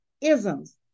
isms